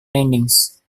landings